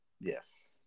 Yes